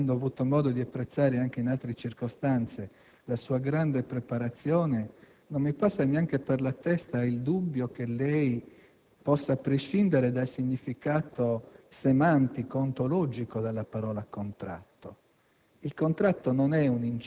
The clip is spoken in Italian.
la sua esperienza e avendo avuto modo di apprezzare anche in altre circostanze la sua grande preparazione, il dubbio che lei possa prescindere dal significato semantico, ontologico della parola "contratto".